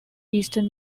eastern